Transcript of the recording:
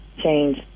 change